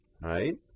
right